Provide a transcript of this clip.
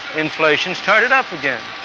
inflation started up again.